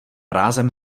rázem